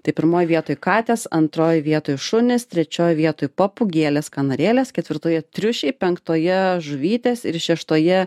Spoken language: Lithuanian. tai pirmoj vietoj katės antroj vietoj šunys trečioj vietoj papūgėles kanarėles ketvirtoje triušiai penktoje žuvytės ir šeštoje